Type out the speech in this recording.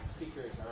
speakers